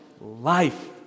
Life